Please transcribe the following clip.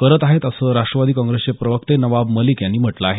करत आहेत असं राष्ट्रवादी काँग्रेसचे प्रवक्ते नवाब मलिक यांनी म्हटलं आहे